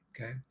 okay